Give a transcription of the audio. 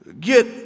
get